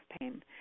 pain